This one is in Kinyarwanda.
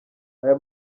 aya